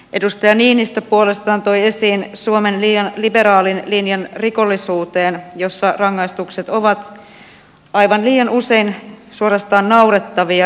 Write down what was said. edustaja niinistö puolestaan toi esiin suomen liian liberaalin linjan rikollisuuden suhteen jossa rangaistukset ovat aivan liian usein suorastaan naurettavia